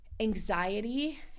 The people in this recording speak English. anxiety